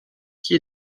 qui